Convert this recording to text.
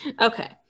Okay